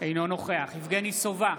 אינו נוכח יבגני סובה,